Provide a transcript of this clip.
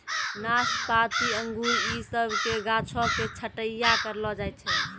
नाशपाती अंगूर इ सभ के गाछो के छट्टैय्या करलो जाय छै